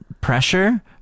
pressure